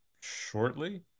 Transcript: shortly